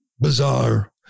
bizarre